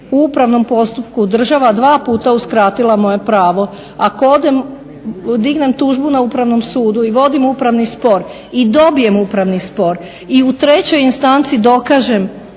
u upravnom postupku država dva puta uskratila moje pravo, ako dignem tužbu na Upravnom sudu i vodim upravni spor i dobijem upravni spor i u trećoj instanci dokažem